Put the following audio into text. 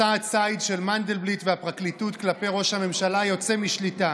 מסע הציד של מנדלבליט והפרקליטות כלפי ראש הממשלה יוצא משליטה.